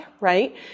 right